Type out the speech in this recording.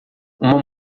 uma